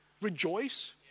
rejoice